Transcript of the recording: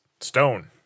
Stone